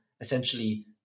essentially